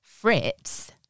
Fritz